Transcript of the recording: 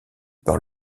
par